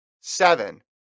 seven